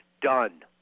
done